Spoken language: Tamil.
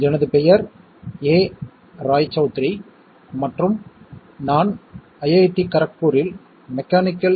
இன்று நாம் பைனரி லாஜிக் மற்றும் லாஜிக் கேட்ஸ் பற்றி விவாதிப்போம்